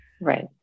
right